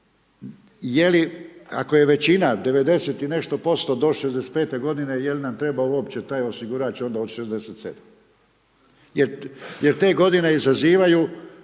ako je većina 90 i nešto posto do 65. godine jel' nam treba uopće taj osigurač onda od 67. Jer te godine izazivaju